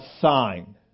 sign